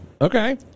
okay